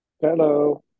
Hello